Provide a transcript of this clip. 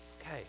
okay